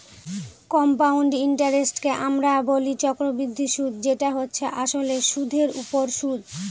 compound ইন্টারেস্টকে আমরা বলি চক্রবৃদ্ধি সুদ যেটা হচ্ছে আসলে সুধের ওপর সুদ